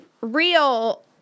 real